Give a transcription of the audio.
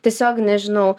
tiesiog nežinau